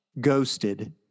Ghosted